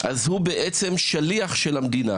אז הוא בעצם שליח של המדינה.